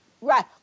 Right